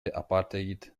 apartheid